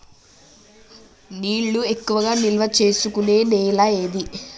నీళ్లు ఎక్కువగా నిల్వ చేసుకునే నేల ఏది?